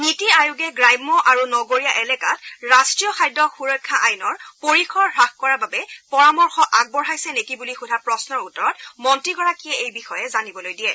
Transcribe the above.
নীতি আয়োগে গ্ৰাম্য আৰু নগৰীয়া এলেকাত ৰাষ্ট্ৰীয় খাদ্য সুৰক্ষা আইনৰ পৰিসৰ হাস কৰাৰ বাবে পৰামৰ্শ আগবঢ়াইছে নেকি বুলি সোধা প্ৰশ্নৰ উত্তৰত মন্ত্ৰীগৰাকীয়ে এই বিষয়ে জানিবলৈ দিয়ে